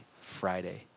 Friday